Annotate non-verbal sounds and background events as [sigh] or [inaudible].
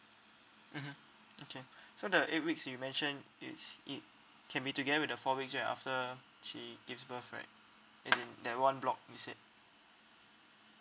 mmhmm okay so the eight weeks you mentioned it's it can be together with the four weeks right after she gives birth right as [noise] in that one block you said